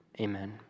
amen